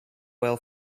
well